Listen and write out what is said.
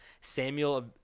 Samuel